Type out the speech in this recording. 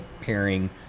pairing